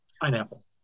Pineapple